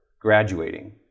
graduating